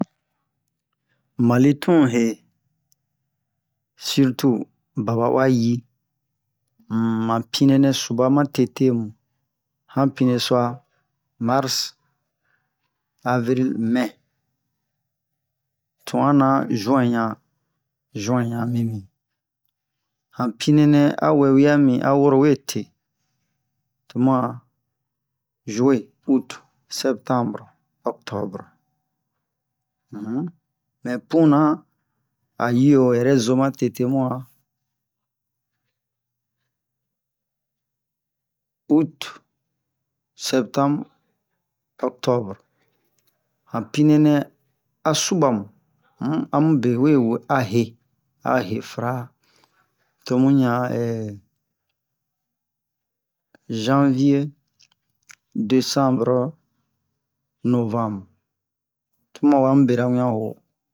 mali tun ye sirtu babauwa yi mapinɛ nɛ suba matetemban pine so'a mars aviril mɛ twuna juin ɲa guin ɲa mimii an pine nɛ a wɛwia mi bin a woro we te to bu'an juwet uut sɛptɛnbr ɔctɔbr mɛ buna a yio yɛrɛ zo matete muan uut sɛptɛnbr ɔctɔbr han pine nɛ a subab a mu be we he a he fra to mu ɲan janvier desembr novɛmbr to bu wa wo an bera wian ho